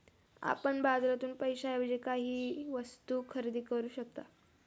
आपण बाजारातून पैशाएवजी काहीही वस्तु खरेदी करू शकता